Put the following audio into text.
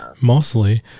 mostly